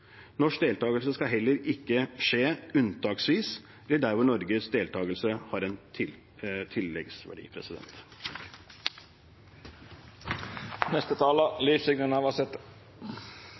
Norsk deltakelse skal heller ikke skje unntaksvis eller der hvor Norges deltakelse har en tilleggsverdi.